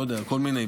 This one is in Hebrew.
כל מיני,